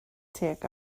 tuag